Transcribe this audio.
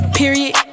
period